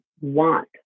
want